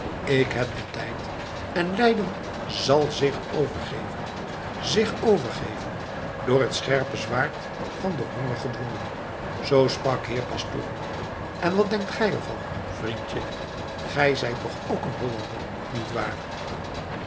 ik heb den tijd en leiden zàl zich overgeven zich overgeven door het scherpe zwaard van den honger gedwongen zoo sprak heer pastoor en wat denkt gij er van vriendje gij zijt toch ook een hollander